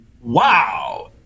wow